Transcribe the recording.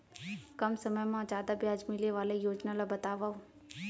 कम समय मा जादा ब्याज मिले वाले योजना ला बतावव